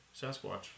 Sasquatch